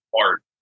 art